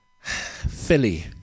Philly